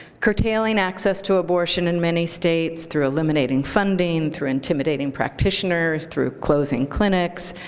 curtailing access to abortion in many states through eliminating funding, through intimidating practitioners, through closing clinics,